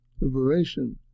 liberation